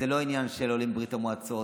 זה לא עניין של עולים מברית המועצות,